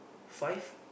five